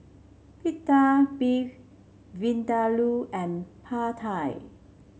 Pita Beef Vindaloo and Pad Thai